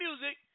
music